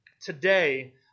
today